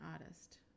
artist